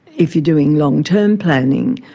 if you're doing long-term planning,